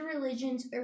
religions